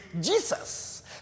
Jesus